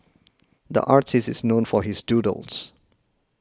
the artist is known for his doodles